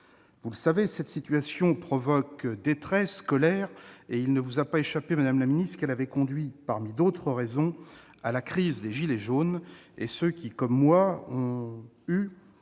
Vous le savez, cette situation provoque détresse et colère. Il ne vous a pas échappé, madame la secrétaire d'État, qu'elle a conduit, parmi d'autres raisons, à la crise des « gilets jaunes ». Ceux qui, comme moi, ont,